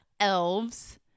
elves